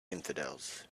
infidels